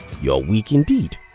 you're weak indeed.